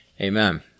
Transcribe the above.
amen